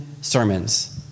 sermons